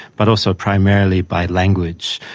but also primarily by language,